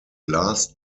last